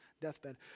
deathbed